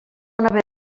haver